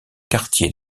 quartier